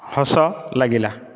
ହସ ଲାଗିଲା